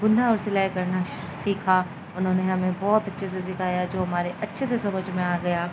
گننا اور سلائی کرنا سیکھا انہوں نے ہمیں بہت اچھے سے سکھایا جو ہمارے اچھے سے سمجھ میں آ گیا